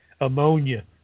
ammonia